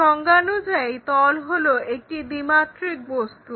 সংজ্ঞানুযায়ী তল হলো একটি দ্বিমাত্রিক বস্তু